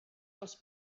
dels